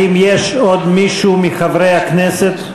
האם יש עוד מישהו מחברי הכנסת,